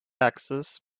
accessed